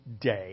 day